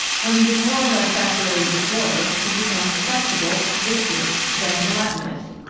when it is more or less saturated with water, it becomes flexible, viscous, then gelatinous,